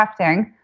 crafting